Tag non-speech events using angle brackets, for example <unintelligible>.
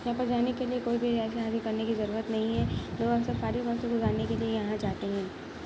یہاں پر رہنے کے لیے کوئی بھی <unintelligible> کرنے کی ضرورت نہیں ہے لوگ اکثر خالی وقت گزارنے کے لیے یہاں جاتے ہیں